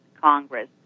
Congress